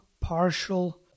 partial